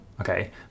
okay